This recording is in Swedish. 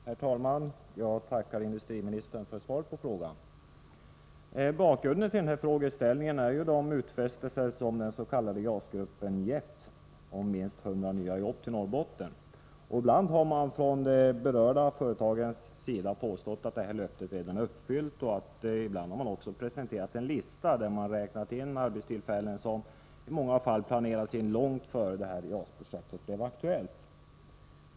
Herr talman! Jag tackar industriministern för svaret på frågan. Bakgrunden till frågeställningen är de utfästelser som den s.k. JAS gruppen gett om minst 100 nya jobb till Norrbotten. Ibland har man från de berörda företagens sida påstått att det här löftet redan är uppfyllt, och ibland har man också presenterat en lista där man räknat in arbetstillfällen som i många fall planerats långt innan JAS-projektet blev aktuellt.